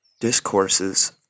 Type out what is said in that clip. Discourses